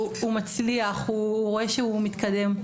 הוא מצליח, הוא רואה שהוא מתקדם.